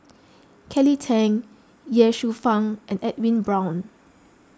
Kelly Tang Ye Shufang and Edwin Brown